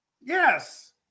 Yes